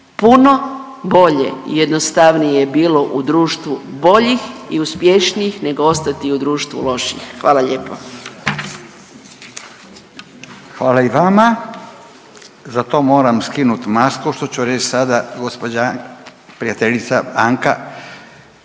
puno bolje i jednostavnije je bilo u društvu boljih i uspješnijih nego ostati u društvu lošijih, hvala lijepo. **Radin, Furio (Nezavisni)** Hvala i vama. Za to moram skinut masku što ću reć sada, gđa. prijateljica Anka